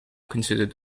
considered